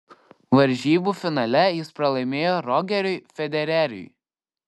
varžybų finale jis pralaimėjo rogeriui federeriui